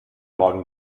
morgen